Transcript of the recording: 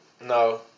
No